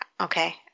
Okay